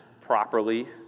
properly